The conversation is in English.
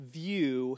view